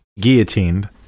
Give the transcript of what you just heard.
Guillotined